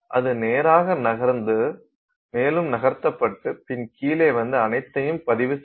அது நேராக நகர்ந்தது மேலே நகர்த்தப்பட்டு பின் கீழே வந்து அனைத்தையும் பதிவு செய்யும்